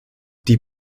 die